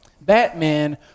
Batman